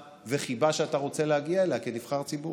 וחיבה שאתה רוצה להגיע אליה כנבחר ציבור.